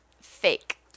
Fake